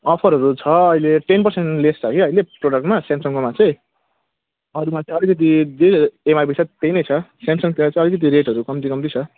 अफरहरू छ अहिले टेन पर्सेन्ट लेस छ के अहिले प्रोडक्टमा स्यामसङमा मात्रै अरूमा चाहिँ अलिकिति जे योमा जे छ त्यही नै छ स्याम्सङतिर चाहिँ अलिकिति रेटहरू कम्ती कम्ती छ